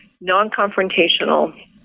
non-confrontational